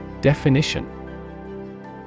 Definition